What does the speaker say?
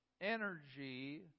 energy